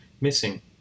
missing